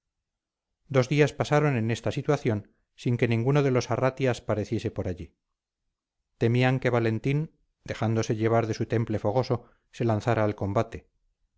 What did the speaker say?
dos días pasaron en esta situación sin que ninguno de los arratias pareciese por allí temían que valentín dejándose llevar de su temple fogoso se lanzara al combate